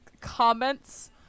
comments